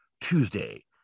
Tuesday